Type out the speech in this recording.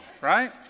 right